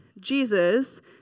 Jesus